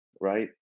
right